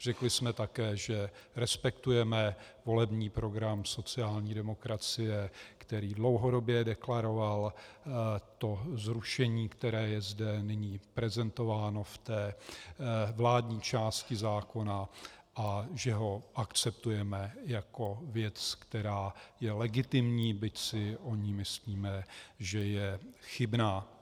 Řekli jsme také, že respektujeme volební program sociální demokracie, který dlouhodobě deklaroval toto zrušení, které je zde nyní prezentováno v té vládní části zákona, a že ho akceptujeme jako věc, která je legitimní, byť si o ní myslíme, že je chybná.